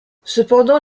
cependant